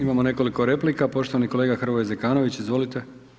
Imamo nekoliko replika, poštovani kolega Hrvoje Zekanović, izvolite.